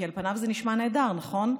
כי על פניו זה נשמע נהדר, נכון?